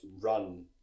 run